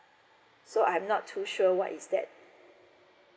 so I'm not too sure what is that